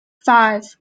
five